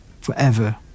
forever